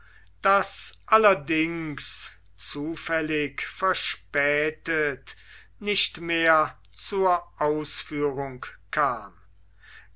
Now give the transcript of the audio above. das allerdings zufällig verspätet nicht mehr zur ausführung kam